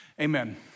amen